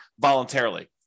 voluntarily